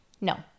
No